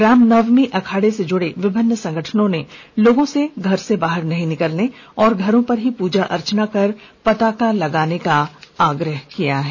रामनवमी अखाड़े से जुड़े विभिन्न संगठनों ने लोगों से घर से बाहर नहीं निकलने और घरों में ही पूजा अर्चना कर पताका लगाने का आग्रह किया है